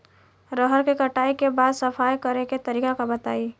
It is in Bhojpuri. रहर के कटाई के बाद सफाई करेके तरीका बताइ?